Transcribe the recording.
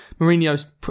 Mourinho's